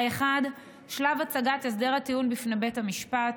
האחד, שלב הצגת הסדר הטיעון בפני בית המשפט.